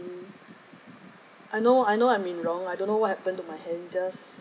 I know I know I'm in wrong I don't know what happen to my hand just